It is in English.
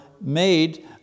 made